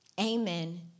amen